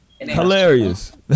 Hilarious